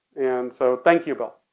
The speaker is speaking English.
and so thank you bill.